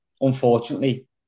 unfortunately